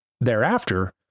thereafter